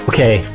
Okay